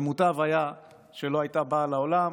ומוטב היה שלא הייתה באה לעולם,